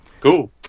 cool